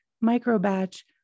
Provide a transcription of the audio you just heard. micro-batch